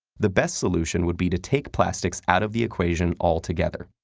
the best solution would be to take plastics out of the equation altogether.